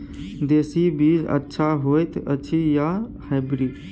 देसी बीज अच्छा होयत अछि या हाइब्रिड?